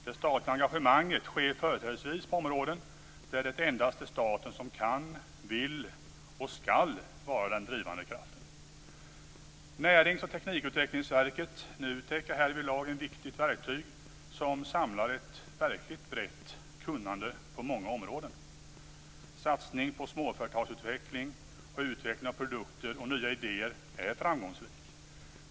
Det statliga engagemanget sker företrädesvis på områden där det endast är staten som kan, vill och skall vara den drivande kraften. Närings och Teknikutvecklingsverket, NUTEK, är härvidlag ett viktigt verktyg som samlar ett verkligt brett kunnande på många områden. Satsningen på småföretagsutveckling och utvecklingen av produkter och nya idéer är framgångsrik.